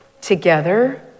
together